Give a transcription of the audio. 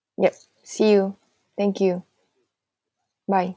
yup see you thank you bye